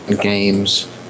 games